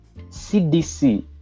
CDC